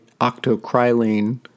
octocrylene